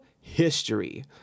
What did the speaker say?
history